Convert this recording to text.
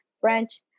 French